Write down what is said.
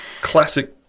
classic